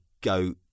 go